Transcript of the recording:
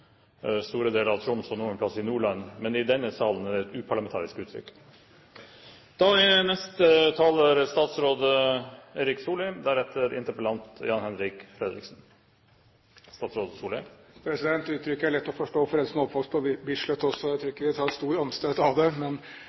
store deler av Troms og noen plasser i Nordland, men i denne salen er det et uparlamentarisk uttrykk. Uttrykket er lett å forstå for en som er oppvokst på Bislett, også. Jeg tror ikke vi tar stort anstøt av det,